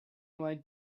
might